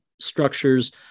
structures